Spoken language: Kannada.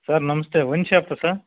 ಸರ್ ನಮಸ್ತೆ ವೈನ್ ಶಾಪಾ ಸರ್